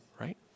right